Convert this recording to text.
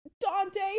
Dante